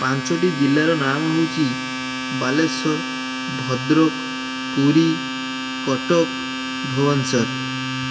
ପାଞ୍ଚଟି ଜିଲ୍ଲାର ନାମ ହେଉଛି ବାଲେଶ୍ୱର ଭଦ୍ରକ ପୁରୀ କଟକ ଭୁବନେଶ୍ୱର